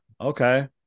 Okay